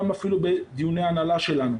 גם בדיוני ההנהלה שלנו.